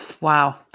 Wow